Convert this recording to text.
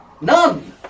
None